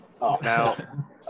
now